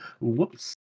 Whoops